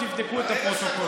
תבדקו את הפרוטוקול.